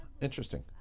Interesting